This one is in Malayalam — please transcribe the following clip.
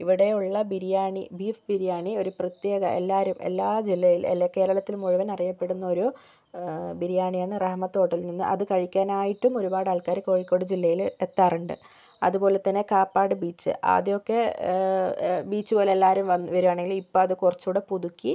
ഇവിടെയുള്ള ബിരിയാണി ബീഫ് ബിരിയാണി ഒരു പ്രത്യേക എല്ലാവരും എല്ലാ ജില്ലയിൽ എല്ലാ കേരളത്തിൽ മുഴുവൻ അറിയപ്പെടുന്നൊരു ബിരിയാണിയാണ് റഹമത്ത് ഹോട്ടൽ നിന്ന് അത് കഴിക്കാനായിട്ടും ഒരുപാടാൾക്കാർ കോഴിക്കോട് ജില്ലയിൽ എത്താറുണ്ട് അതുപോലെ തന്നെ കാപ്പാട് ബീച്ച് ആദ്യമൊക്കെ ബീച്ച് പോലെ എല്ലാവരും വന്ന് വരികയാണെങ്കിൽ ഇപ്പം അത് കുറച്ചും കൂടി പുതുക്കി